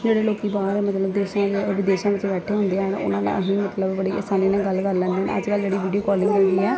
ਜਿਹੜੇ ਲੋਕੀਂ ਬਾਹਰ ਮਤਲਵ ਦੇਸ਼ਾਂ ਵਿਦੇਸ਼ਾਂ ਵਿੱਚ ਬੈਠੇ ਹੁੰਦੇ ਹਨ ਉਹਨਾਂ ਦਾ ਅਸੀਂ ਮਤਲਬ ਬੜੀ ਆਸਾਨੀ ਨਾਲ ਗੱਲ ਕਰ ਲੈਂਦੇ ਅੱਜ ਕੱਲ ਜਿਹੜੀ ਵੀਡੀਓ ਕਾਲਿੰਗ ਹੈਗੀ ਆ